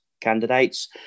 candidates